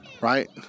right